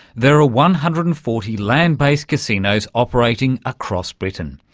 there are one hundred and forty land-based casinos operating across britain,